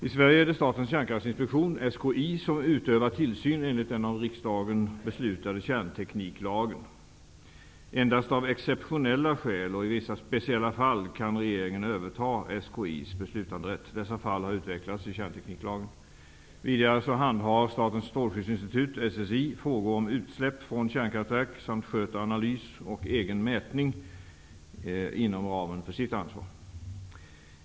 I Sverige är det Statens Kärnkraftsinspektion, SKI, som utövar tillsyn enligt den av riksdagen beslutade kärntekniklagen. Endast av exeptionella skäl och i vissa speciella fall kan regeringen överta SKI:s beslutanderätt. Dessa fall har utvecklats i kärntekniklagen. Vidare handhar Statens Strålskyddsinstitut, SSI, frågor om utsläpp från kärnkraftverk samt sköter analys och egen mätning inom ramen för sitt ansvar.